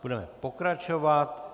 Budeme pokračovat.